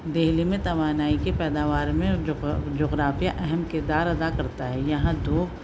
دہلی میں توانائی کی پیداوار میں جغرافیہ اہم کردار ادا کرتا ہے یہاں دھوپ